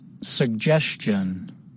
suggestion